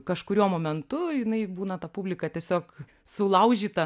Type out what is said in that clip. kažkuriuo momentu jinai būna ta publika tiesiog sulaužyta